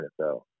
NFL